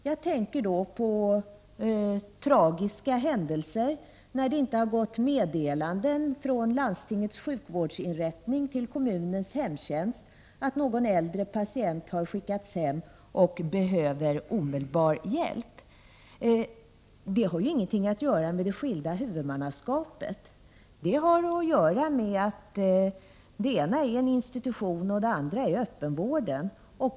Jag tänker på tragiska händelser när det inte har gått ut meddelanden från landstingets sjukvårdsinrättning till kommunens hemtjänst i fall där en äldre Prot. 1988/89:44 patient skickats hem och behöver omedelbar hjälp. Det har ingenting att 13 december 1988 göra med det skilda huvudmannaskapet, utan det har att göra med att det å ena sidan är fråga om en institution, å andra sidan fråga om öppenvård.